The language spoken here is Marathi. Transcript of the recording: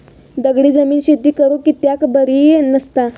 दगडी जमीन शेती करुक कित्याक बरी नसता?